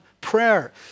prayer